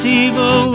evil